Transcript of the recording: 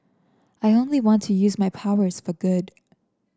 I only want to use my powers for good